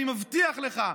אני מבטיח לך,